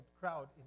crowd